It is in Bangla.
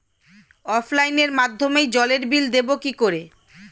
অফলাইনে মাধ্যমেই জলের বিল দেবো কি করে?